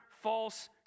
false